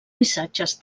missatges